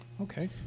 Okay